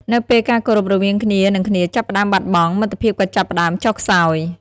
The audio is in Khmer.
នៅពេលការគោរពរវាងគ្នានឹងគ្នាចាប់ផ្ដើមបាត់បង់ មិត្តភាពក៏ចាប់ផ្ដើមចុះខ្សោយ។